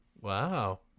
Wow